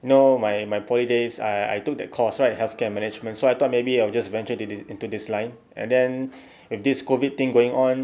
you know my my poly days I I took that course right healthcare and management so I thought maybe I would just venture into into this line and then if this COVID thing going on